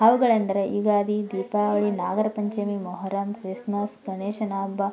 ಅವುಗಳೆಂದರೆ ಯುಗಾದಿ ದೀಪಾವಳಿ ನಾಗರಪಂಚಮಿ ಮೊಹರಂ ಕ್ರಿಸ್ಮಸ್ ಗಣೇಶನ ಹಬ್ಬ